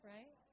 Right